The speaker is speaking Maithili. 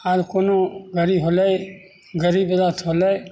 आर कोनो गड़ी होयलै गरीबरथ होयलै